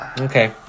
Okay